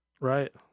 right